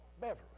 Beverly